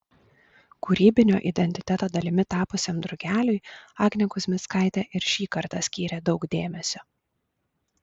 kūrybinio identiteto dalimi tapusiam drugeliui agnė kuzmickaitė ir šį kartą skyrė daug dėmesio